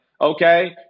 okay